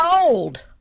old